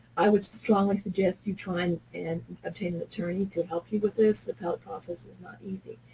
i would strongly suggest you try and and obtain an attorney to help you with this. the appellate process is not easy.